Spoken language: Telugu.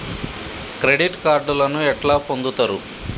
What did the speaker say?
క్రెడిట్ కార్డులను ఎట్లా పొందుతరు?